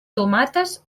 tomates